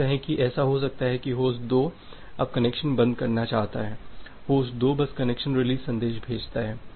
यह कहें कि ऐसा हो सकता है कि होस्ट 2 अब कनेक्शन बंद करना चाहता है होस्ट 2 बस कनेक्शन रिलीज संदेश भेजता है